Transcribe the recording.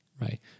Right